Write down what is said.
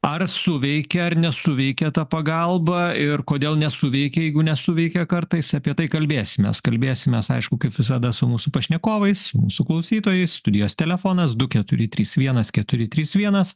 ar suveikia ar nesuveikia ta pagalba ir kodėl nesuveikia jeigu nesuveikia kartais apie tai kalbėsimės kalbėsimės aišku kaip visada su mūsų pašnekovais mūsų klausytojais studijos telefonas du keturi trys vienas keturi trys vienas